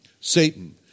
Satan